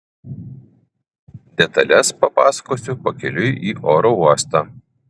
detales papasakosiu pakeliui į oro uostą